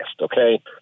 Okay